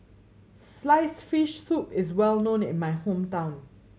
sliced fish soup is well known in my hometown